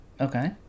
Okay